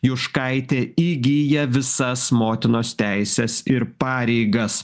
juškaitė įgyja visas motinos teises ir pareigas